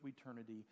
eternity